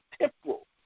temporal